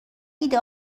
ایده